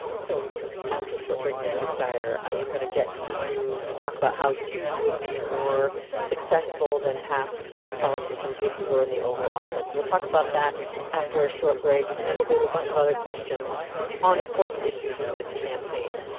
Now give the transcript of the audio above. so after a short break, mr. steyer, i am going to get you to talk about how you would be more successful than past politicians if you were in the oval office. we'll talk about that after a short break and then we'll go to bunch of other questions on important issues in this campaign.